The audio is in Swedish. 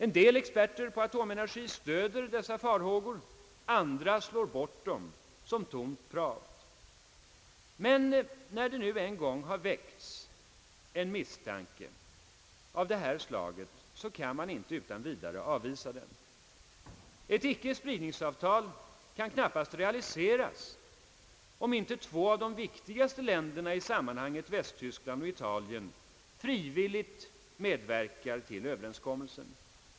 En del experter på atomenergi stöder dessa farhågor, andra slår bort dem som tomt prat... Men när det nu en gång har väckts en misstanke kan man inte avvisa den utan vidare. Ett icke-spridningsavtal kan knappast realiseras om inte två av de viktigaste länderna i sammanhanget — Västtyskland och. Italien — frivilligt medverkar till överenskommelsen.